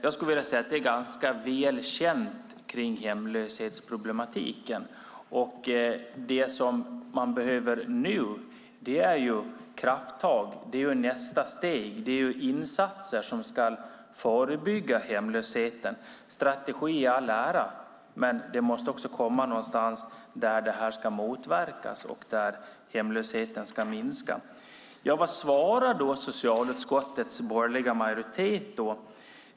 Jag skulle vilja säga att hemlöshetsproblematiken är ganska väl känd. Det man nu behöver är krafttag. Det är nästa steg. Det behövs insatser som ska förebygga hemlösheten. Strategier i all ära, men hemlösheten måste också motverkas så att den minskar. Vad svarar socialutskottets borgerliga majoritet?